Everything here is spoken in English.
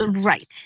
Right